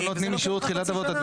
לא נותנים אישור תחילת עבודה.